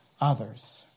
others